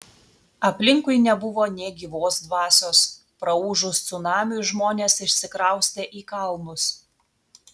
aplinkui nebuvo nė gyvos dvasios praūžus cunamiui žmonės išsikraustė į kalnus